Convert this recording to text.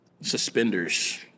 suspenders